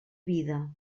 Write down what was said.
vida